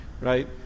right